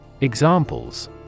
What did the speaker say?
Examples